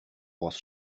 was